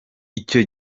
icyo